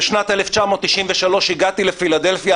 בשנת 1993 הגעתי לפילדלפיה,